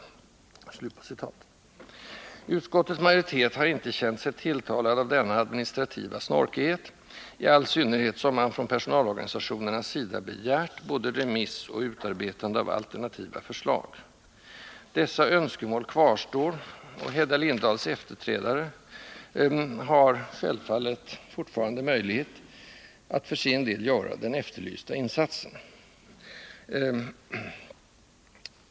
Utskottets majoritet har inte känt sig tilltalad av denna administrativa snorkighet, i all synnerhet som man från personalorganisationernas sida begärt både remiss och utarbetande av alternativa förslag. Dessa önskemål kvarstår, och Hedda Lindahls efterträdare har självfallet fortfarande möjlighet att för sin del göra den efterlysta insatsen.